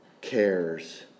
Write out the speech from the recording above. cares